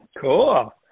Cool